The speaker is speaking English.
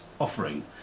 offering